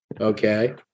okay